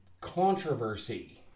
controversy